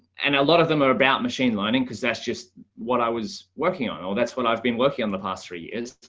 and a lot of them are about machine learning because that's just what i was working on. oh, that's what i've been working on the past three years.